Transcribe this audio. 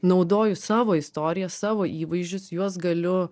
naudoju savo istoriją savo įvaizdžius juos galiu